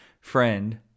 friend